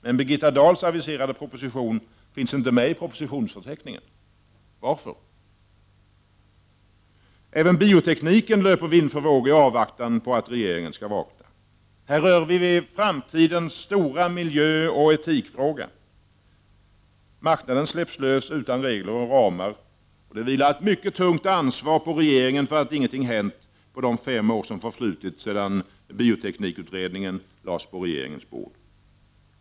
Men Birgitta Dahls aviserade proposition finns inte med i propositionsförteckningen. Varför? Även biotekniken löper vind för våg i avvaktan på att regeringen skall vakna. Här rör vi vid framtidens stora miljöoch etikfråga. Marknaden släpps lös, utan regler och ramar. Ett mycket tungt ansvar vilar på regeringen för att ingenting har hänt på de fem år som förflutit sedan bioteknikutredningen lades på regeringens bord.